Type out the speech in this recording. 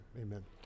amen